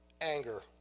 anger